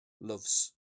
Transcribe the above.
loves